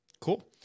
cool